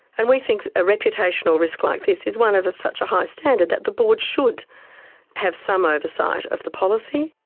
and we think a reputational risk like this is one of of such a high standard that the board should have some oversight of the policy.